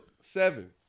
Seven